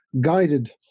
guided